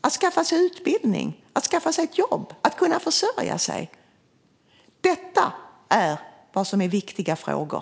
Att skaffa sig utbildning och jobb och kunna försörja sig - det är viktiga frågor.